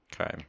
Okay